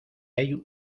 hay